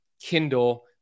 Kindle